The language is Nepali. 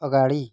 अगाडि